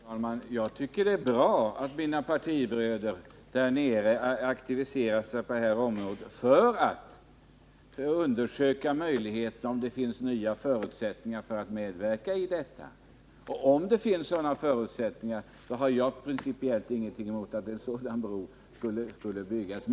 Herr talman! Jag tycker det är bra att mina partibröder där nere har aktiverat sig på det här området för att undersöka om det finns nya förutsättningar som ger underlag till nya ställningstaganden. Om det finns sådana förutsättningar, så har jag principiellt ingenting emot att en sådan bro skulle byggas.